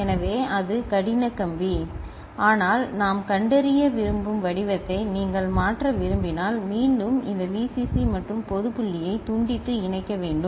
எனவே அது கடின கம்பி சரி ஆனால் நாம் கண்டறிய விரும்பும் வடிவத்தை நீங்கள் மாற்ற விரும்பினால் மீண்டும் இந்த VCC மற்றும் பொதுப் புள்ளியை துண்டித்து இணைக்க வேண்டும்